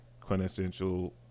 quintessential